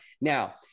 now